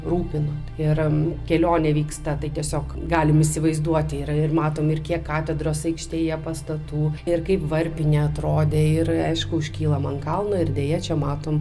rūpino yra kelionė vyksta tai tiesiog galim įsivaizduoti yra ir matom ir kiek katedros aikštėje pastatų ir kaip varpinė atrodė ir aišku užkylam ant kalno ir deja čia matom